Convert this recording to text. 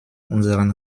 unseren